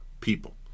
people